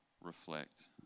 Reflect